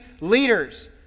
leaders